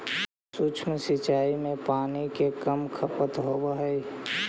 सूक्ष्म सिंचाई में पानी के कम खपत होवऽ हइ